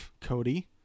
Cody